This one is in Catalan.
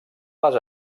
les